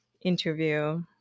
interview